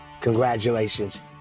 Congratulations